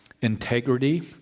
integrity